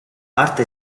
arte